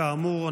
כאמור,